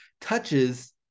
touches